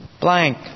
blank